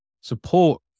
support